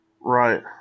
Right